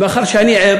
ומאחר שאני ער,